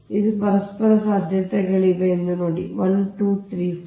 ಎಷ್ಟು ಪರಸ್ಪರ ಸಾಧ್ಯತೆಗಳಿವೆ ಎಂಬುದನ್ನು ನೋಡಿ 1 2 3 4